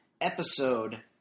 episode